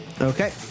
Okay